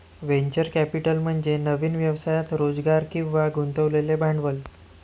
venture capital म्हणजे नवीन व्यवसायात रोजगार किंवा गुंतवलेले भांडवल